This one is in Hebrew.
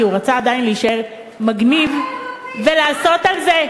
כי הוא רצה עדיין להישאר מגניב ולעשות על זה,